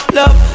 love